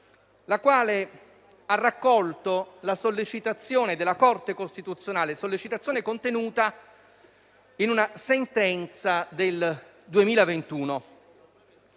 la quale ha raccolto la sollecitazione della Corte costituzionale contenuta in una sentenza del 2021.